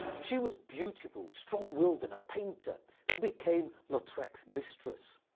she was beautiful, strong willed and a painter, who became lautrec's mistress.